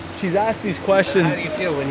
she's asked these questions. and